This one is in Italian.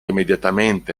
immediatamente